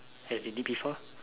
as they did before